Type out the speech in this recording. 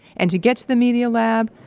and, to get to the media lab,